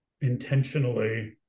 intentionally